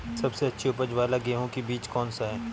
सबसे अच्छी उपज वाला गेहूँ का बीज कौन सा है?